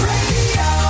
Radio